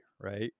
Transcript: Right